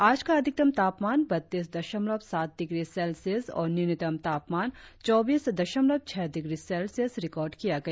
आज का अधिकतम तापमान बत्तीस दशमलव सात डिग्री सेल्सियस और न्यूनतम तापमान चौबीस दशमलव छह डिग्री सेल्सियस रिकार्ड किया गया